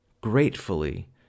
gratefully